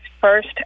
first